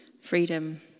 freedom